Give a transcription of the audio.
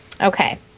Okay